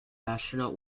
astronaut